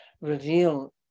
reveal